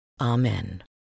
Amen